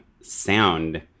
sound